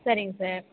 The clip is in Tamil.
சரிங்க சார்